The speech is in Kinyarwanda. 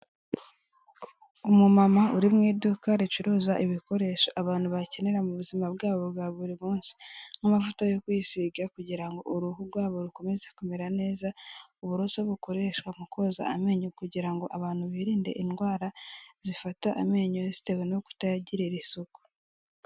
Umumama uri mu iduka ricuruza ibikoresho abantu bakenera mu buzima bwabo bwa buri munsi nk'amavuta yo kwisiga kugira ngo uruhu rwabo rukomeze kumera neza, uburoso bukoreshwa mu koza amenyo kugira ngo abantu birinde indwara zifata amenyo zitewe no kutayagirira isuku.